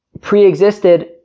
pre-existed